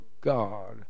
God